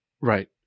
Right